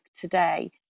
today